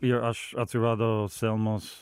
ir aš atsiradau selmos